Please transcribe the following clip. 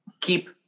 keep